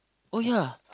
oh ya